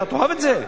אתה תאהב את זה?